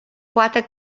poate